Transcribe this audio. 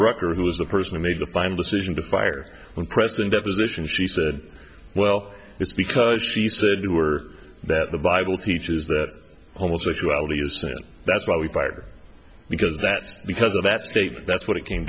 brucker who was the person who made the final decision to fire when pressed in deposition she said well it's because she said they were that the bible teaches that homosexuality is a sin and that's why we fired because that's because of that statement that's what it came